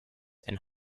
and